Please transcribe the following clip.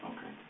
Okay